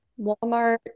Walmart